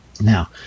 Now